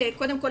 קודם כל,